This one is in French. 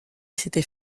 s’était